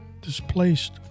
displaced